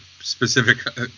specific